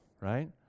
right